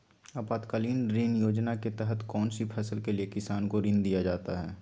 आपातकालीन ऋण योजना के तहत कौन सी फसल के लिए किसान को ऋण दीया जाता है?